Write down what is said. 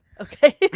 Okay